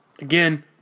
again